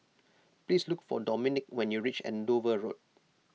please look for Dominique when you reach Andover Road